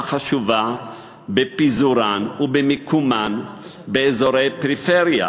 חשובה בפיזורן ובמיקומן באזורי פריפריה,